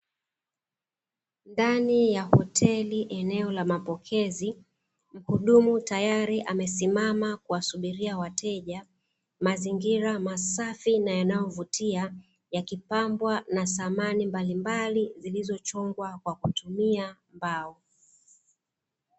Ndani ya hoteli eneo la mapokezi muhudumu tayari amesimama kuwasubiria wateja, mazingira masafi na yanayovutia yakipambwa na samani mbalimbali zilizochongwa kwa kutumia mbao.